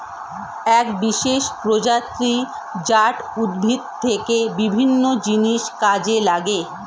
এক বিশেষ প্রজাতি জাট উদ্ভিদ থেকে বিভিন্ন জিনিস কাজে লাগে